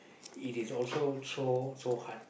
it is also so so hard